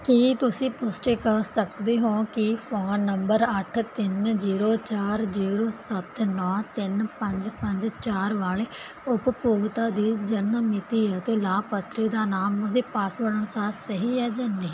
ਕੀ ਤੁਸੀਂ ਪੁਸ਼ਟੀ ਕਰ ਸਕਦੇ ਹੋ ਕੀ ਫੋਨ ਨੰਬਰ ਅੱਠ ਤਿੰਨ ਜ਼ੀਰੋ ਚਾਰ ਜ਼ੀਰੋ ਸੱਤ ਨੌਂ ਤਿੰਨ ਪੰਜ ਪੰਜ ਚਾਰ ਵਾਲੇ ਉਪਭੋਗਤਾ ਦੀ ਜਨਮ ਮਿਤੀ ਅਤੇ ਲਾਭਪਾਤਰੀ ਦਾ ਨਾਮ ਉਸ ਦੇ ਪਾਸਪੋਰਟ ਅਨੁਸਾਰ ਸਹੀ ਹੈ ਜਾਂ ਨਹੀਂ